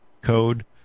code